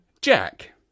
Jack